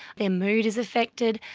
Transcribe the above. their mood is affected,